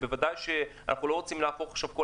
בוודאי שאנחנו לא רוצים להפוך עכשיו את כל